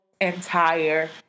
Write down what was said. entire